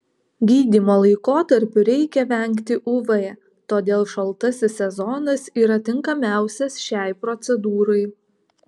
gydymo laikotarpiu reikia vengti uv todėl šaltasis sezonas yra tinkamiausias šiai procedūrai